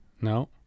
No